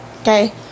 Okay